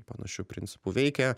panašiu principu veikia